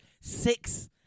Six